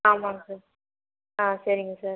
ஆமாம்ங்க சார் ஆ சரிங்க சார்